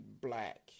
Black